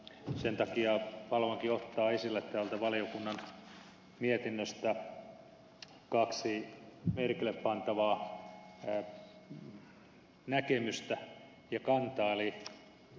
sen takia haluankin ottaa esille täältä valiokunnan mietinnöstä kaksi merkillepantavaa näkemystä ja kantaa